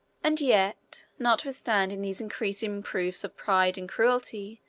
and yet, notwithstanding these increasing proofs of pride and cruelty,